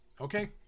okay